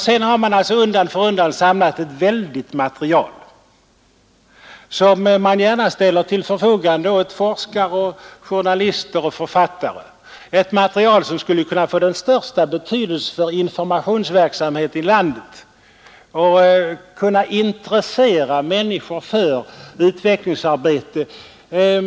Sedan har man undan för undan samlat ett väldigt material som man gärna ställer till förfogande åt forskare, journalister och författare, ett material som skulle kunna få den största betydelse för informationsverksamheten i landet och som bör kunna intressera människor för u-landshjälp.